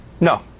No